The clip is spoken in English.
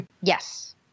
Yes